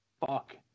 fuck